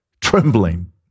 trembling